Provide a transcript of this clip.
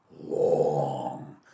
long